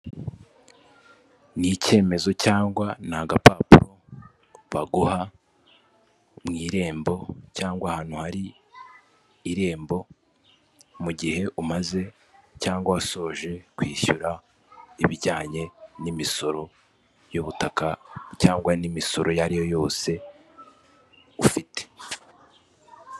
Ni icyemezo cyangwa ni agapapuro baguha mu Irembo cyangwa ahantu hari Irembo, mu gihe umaze cyangwa wasoje kwishyura ibijyanye n'imisoro y'ubutaka cyangwa n'imisoro iyo ariyo yose ufite.